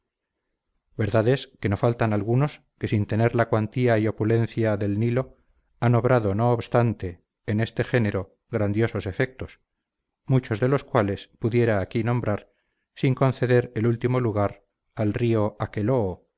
que no faltan algunos que sin tener la cuantía y opulencia del nilo han obrado no obstante en este género grandiosos efectos muchos de los cuales pudiera aquí nombrar sin conceder el último lugar al río aqueloó